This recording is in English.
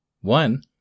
one